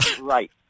Right